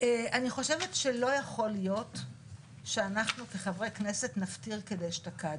אני חושבת שלא יכול להיות שאנחנו כחברי כנסת נפטיר כדאשתקד.